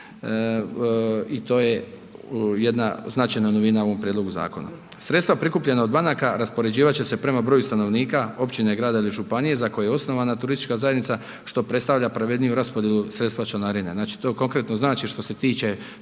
i to je jedna značajna novina u ovom prijedlogu zakona. Sredstva prikupljena od banaka, raspoređivat će se prema broju stanovnika općine, grada ili županije za koji je osnovana turistička zajednica, što predstavlja pravedniju raspodjelu sredstava članarine. Znači, to konkretno znači, što se tiče